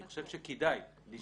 אני חושב שכדאי לשמוע.